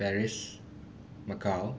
Paris Macau